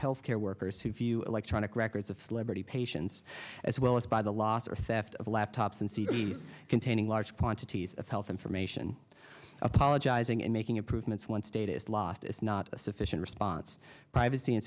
health care workers who view electronic records of celebrity patients as well as by the loss or theft of laptops and cd containing large quantities of health information apologizing and making improvements one status last is not a sufficient response privacy and